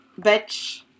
Bitch